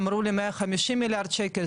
אמרו לי 150 מיליארד שקל,